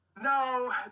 No